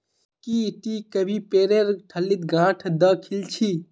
की टी कभी पेरेर ठल्लीत गांठ द खिल छि